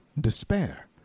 despair